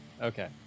Okay